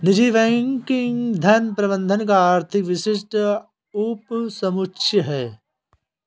निजी बैंकिंग धन प्रबंधन का अधिक विशिष्ट उपसमुच्चय है